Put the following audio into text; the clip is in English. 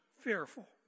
fearful